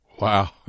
Wow